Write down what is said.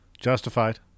Justified